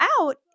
out